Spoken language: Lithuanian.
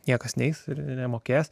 niekas neis ir nemokės